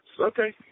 okay